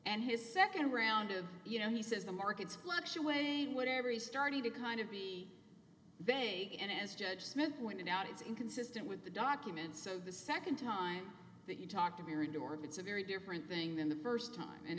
and his second round of you know he says the market splotchy way whatever he's starting to kind of be they and as judge smith pointed out it's inconsistent with the documents of the second time that you talk to be read to work it's a very different thing than the first time and